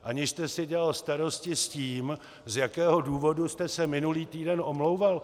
Aniž jste si dělal starosti s tím, z jakého důvodu jste se minulý týden omlouval.